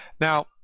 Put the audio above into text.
Now